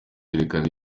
yerekana